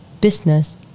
business